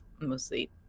mostly